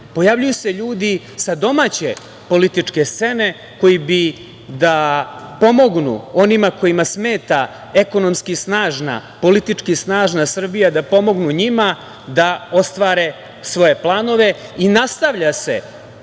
pojavljuju se ljudi sa domaće političke scene koji bi da pomognu onima kojima smeta ekonomski snažna i politički snažna Srbija, da pomognu njima da ostvare svoje planove i nastavlja se